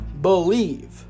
believe